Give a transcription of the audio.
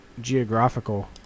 geographical